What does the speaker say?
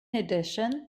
addition